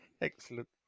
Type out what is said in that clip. Excellent